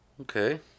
Okay